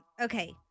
Okay